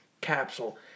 capsule